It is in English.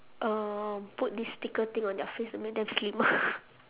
uh put this sticker thing on their face and make them slimmer